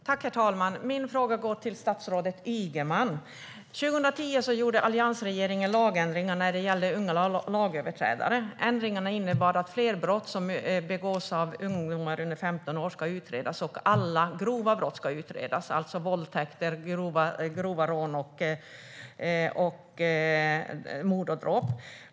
Herr talman! Min fråga går till statsrådet Ygeman. År 2010 genomförde alliansregeringen lagändringar när det gällde unga lagöverträdare. Ändringarna innebar att fler brott som begås av ungdomar under 15 år ska utredas och att alla grova brott ska utredas, alltså våldtäkter, grova rån, mord och dråp.